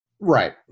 Right